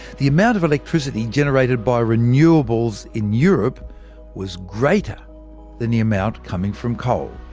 the amount of electricity generated by renewables in europe was greater than the amount coming from coal.